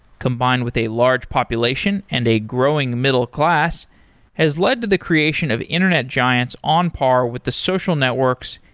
combined with a large population and a growing middle-class has led to the creation of internet giants on par with the social networks,